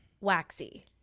waxy